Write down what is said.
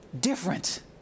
different